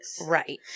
Right